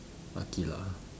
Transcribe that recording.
Aqilah